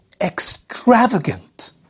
extravagant